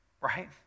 right